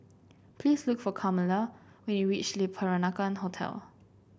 please look for Carmela when you reach Le Peranakan Hotel